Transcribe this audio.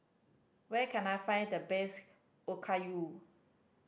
where can I find the best Okayu